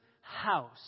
house